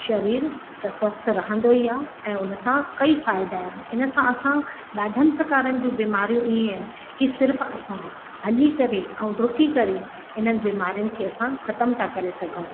शरीर त स्वस्थ्यु रहंदो ई आहे ऐं उन सां कई फ़ाइदा आहिनि इन सां असां ॾाढनि प्रकारनि जूं बीमारियूं ईअं की सिर्फ़ु असां हली करे ऐं ॾुकी करे इन्हनि बीमारियुनि खे असां ख़तमु था करे सघूं